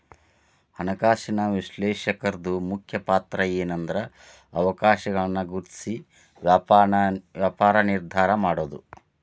ಹಣಕಾಸಿನ ವಿಶ್ಲೇಷಕರ್ದು ಮುಖ್ಯ ಪಾತ್ರಏನ್ಂದ್ರ ಅವಕಾಶಗಳನ್ನ ಗುರ್ತ್ಸಿ ವ್ಯಾಪಾರ ನಿರ್ಧಾರಾ ಮಾಡೊದು